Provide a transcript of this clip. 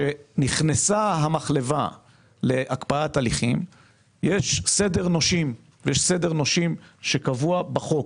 מאז שנכנסה המחלבה להקפאת הליכים יש סדר נושים קבוע בחוק.